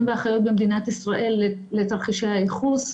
והאחיות במדינת ישראל לתרחישי הייחוס,